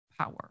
power